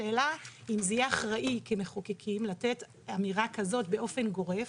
השאלה אם זה יהיה אחראי כמחוקקים לתת אמירה כזאת באופן גורף.